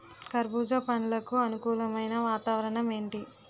కర్బుజ పండ్లకు అనుకూలమైన వాతావరణం ఏంటి?